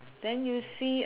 then you see